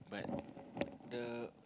but the